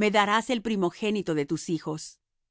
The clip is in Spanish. me darás el primogénito de tus hijos así